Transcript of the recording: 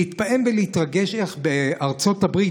להתפעל ולהתרגש איך בארצות הברית,